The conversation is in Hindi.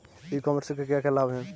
ई कॉमर्स के क्या क्या लाभ हैं?